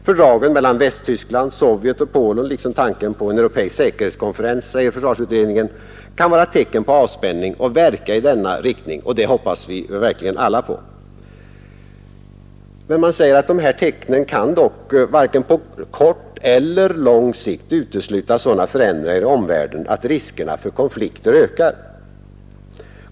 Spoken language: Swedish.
Fördragen mellan Västtyskland, Sovjet och Polen liksom tanken på en europeisk säkerhetskonferens kan, säger försvarsutredningen, vara tecken på avspänning och verka i denna riktning, och det hopppas vi verkligen alla på. Dessa tecken kan dock, säger man, varken på kort eller på lång sikt utesluta sådana förändringar i omvärlden att ”riskerna för konflikter ökar”.